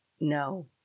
No